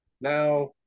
now